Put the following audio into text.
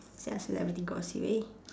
sell celebrity gossip eh